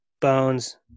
Bones